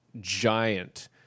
giant